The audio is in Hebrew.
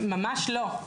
ממש לא.